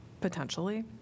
potentially